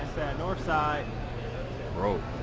north side broke.